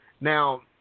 Now